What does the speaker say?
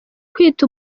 kwita